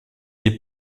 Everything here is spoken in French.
est